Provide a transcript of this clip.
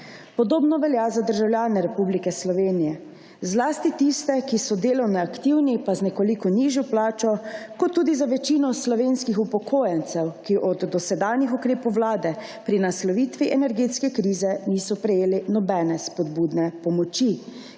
Podobno velja za državljane Republike Slovenije, zlasti tiste, ki so delovno aktivni pa z nekoliko nižjo plačo, kot tudi za večino slovenskih upokojencev, ki od dosedanjih ukrepov vlade pri naslovitvi energetske krize niso prejeli nobene spodbudne pomoči,